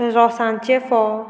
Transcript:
रोसांचे फोव